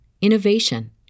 innovation